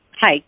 Hi